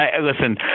Listen